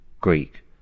greek